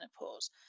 menopause